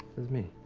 says me.